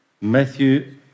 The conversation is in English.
Matthew